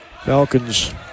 Falcons